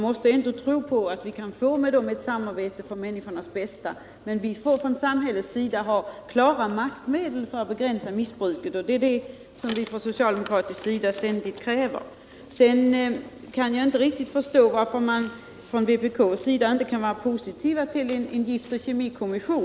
Vi måste ändå tro på att man kan få till stånd ett samarbete med dem till människornas bästa, men vi måste samtidigt ge samhället klara maktmedel för att begränsa missbruk, och det är vad vi ständigt kräver från socialdemokratiskt håll. Vidare kan jag inte förstå varför man inte på vpk-håll kan vara positiv till en giftoch kemikommission.